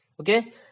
Okay